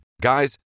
Guys